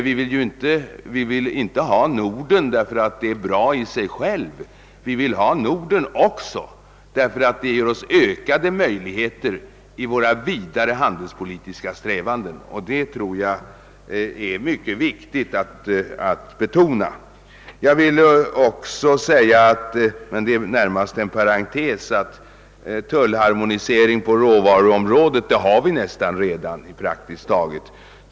Vi vill alltså inte ha nordiskt samarbete bara för att det är bra i sig självt — vi vill ha det också för att det ger oss ökade möjligheter i våra vidare handelspolitiska strävanden, Det tror jag är viktigt att betona. Som en parentes vill jag nämna att tullharmonisering på råvaruområdet har vi praktiskt taget redan.